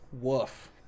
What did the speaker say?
Woof